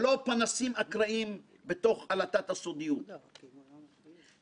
הלא פורמלית של חברים למול חברים בתוך מועדון חברים קטן,